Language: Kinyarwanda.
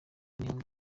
imihango